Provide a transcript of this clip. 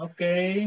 Okay